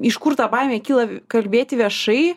iš kur ta baimė kyla kalbėti viešai